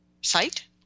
site